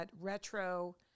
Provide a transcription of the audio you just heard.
retro